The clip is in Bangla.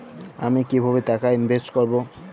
আমি কিভাবে টাকা ইনভেস্ট করব?